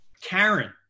Karen